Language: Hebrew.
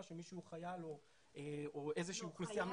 שמישהו הוא חייל או איזושהי אוכלוסייה מיוחדת אחרת.